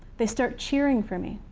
they start cheering for me.